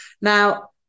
Now